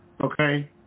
okay